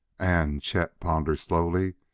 and, chet pondered slowly,